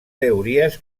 teories